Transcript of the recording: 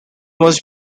must